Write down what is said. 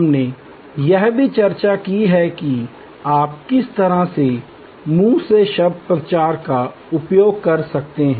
हमने यह भी चर्चा की है कि आप किस तरह से मुंह से शब्द प्रचार का उपयोग कर सकते हैं